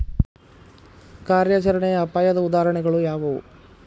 ಕಾರ್ಯಾಚರಣೆಯ ಅಪಾಯದ ಉದಾಹರಣೆಗಳು ಯಾವುವು